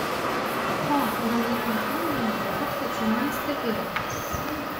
o gal ir niekuom jau nebeverta čia man stebėtis